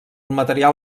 material